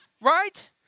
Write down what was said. Right